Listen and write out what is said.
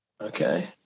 Okay